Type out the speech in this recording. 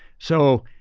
so,